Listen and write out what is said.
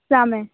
સામે